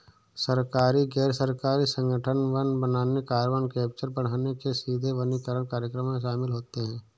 सरकारी, गैर सरकारी संगठन वन बनाने, कार्बन कैप्चर बढ़ाने के लिए सीधे वनीकरण कार्यक्रमों में शामिल होते हैं